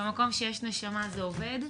במקום שיש נשמה זה עובד.